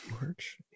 March